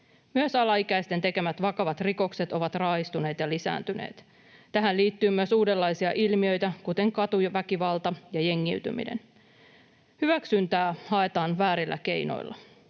Myös alaikäisten tekemät vakavat rikokset ovat raaistuneet ja lisääntyneet. Tähän liittyy myös uudenlaisia ilmiöitä, kuten katuväkivalta ja jengiytyminen. Hyväksyntää haetaan väärillä keinoilla.